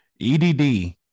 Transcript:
EDD